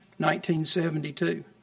1972